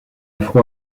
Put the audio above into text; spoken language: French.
afro